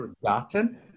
forgotten